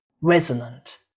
resonant